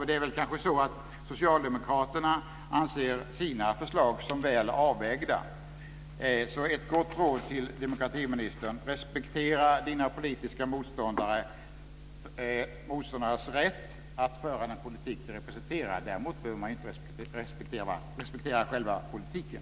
Det är väl kanske så att socialdemokraterna anser sina förslag som väl avvägda, så ett gott råd till demokratiministern är: Respektera dina politiska motståndares rätt att föra den politik de representerar. Däremot behöver man inte respektera själva politiken.